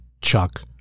Chuck